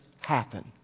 happen